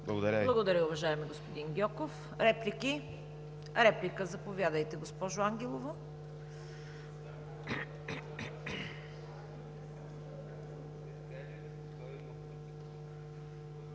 Благодаря, уважаеми господин Гьоков. Реплики? Заповядайте, госпожо Ангелова.